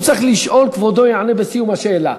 הוא צריך לשאול, כבודו יענה בסיום השאלה,